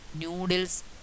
noodles